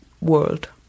world